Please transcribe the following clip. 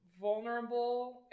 vulnerable